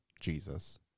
Jesus